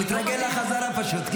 הוא מתרגל לחזרה, פשוט.